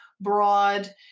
broad